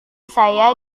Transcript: saya